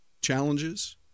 challenges